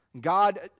God